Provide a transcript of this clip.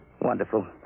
Wonderful